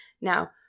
Now